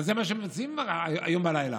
אבל זה מה שהם מציעים היום בלילה.